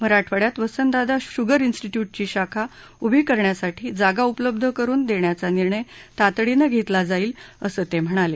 मराठवाड्यात वसंतदादा शुअर स्टिट्यूटची शाखा उभी करण्यासाठी जागा उपलब्ध करुन देण्याचा निर्णय तातडीनं घेतला जाईल असं ते म्हणाले